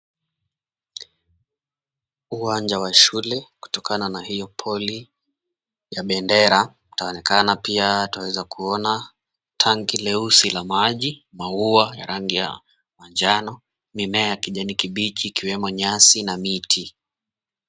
Uwanja wa shule kutokana na hiyo poli ya bendera. Itaonekana pia twaweza kuona tanki leusi la maji, maua ya rangi ya manjano, mimea ya kijani kibichi ikiwemo nyasi na miti.